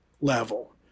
level